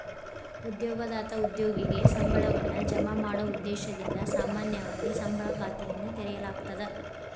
ಉದ್ಯೋಗದಾತ ಉದ್ಯೋಗಿಗೆ ಸಂಬಳವನ್ನ ಜಮಾ ಮಾಡೊ ಉದ್ದೇಶದಿಂದ ಸಾಮಾನ್ಯವಾಗಿ ಸಂಬಳ ಖಾತೆಯನ್ನ ತೆರೆಯಲಾಗ್ತದ